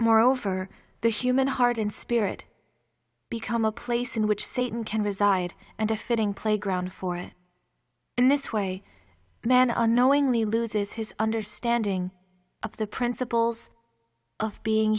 moreover the human heart and spirit become a place in which satan can reside and a fitting playground for in this way man unknowingly loses his understanding of the principles of being